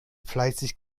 fleißig